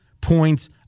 points